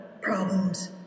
problems